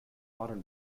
modern